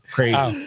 Crazy